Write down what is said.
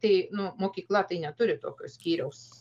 tai nu mokykla tai neturi tokio skyriaus